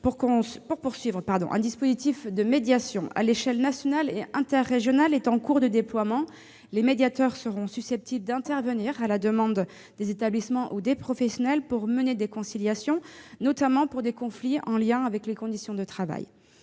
Ensuite, un dispositif de médiation à l'échelle nationale et interrégionale est en cours de déploiement : les médiateurs seront susceptibles d'intervenir à la demande des établissements ou des professionnels pour mener des conciliations, notamment dans le cadre de conflits en lien avec les conditions de travail.